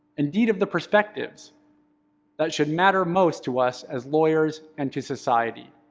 indeed, of the perspectives that should matter most to us as lawyers and to society.